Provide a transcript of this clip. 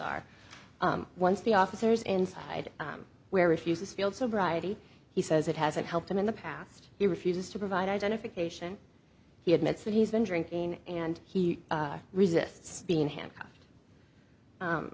are once the officers inside where refuses field sobriety he says it hasn't helped him in the past he refuses to provide identification he admits that he's been drinking and he resists being hand